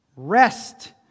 Rest